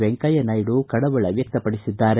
ವೆಂಕಯ್ಯ ನಾಯ್ದು ಕಳವಳ ವ್ಯಕ್ತಪಡಿಸಿದ್ದಾರೆ